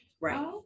right